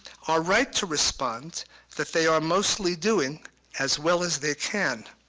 are right to respond that they are mostly doing as well as they can.